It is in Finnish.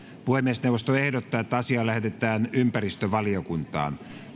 puhemiesneuvosto ehdottaa että asia lähetetään ympäristövaliokuntaan